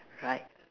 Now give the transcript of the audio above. right